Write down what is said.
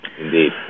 Indeed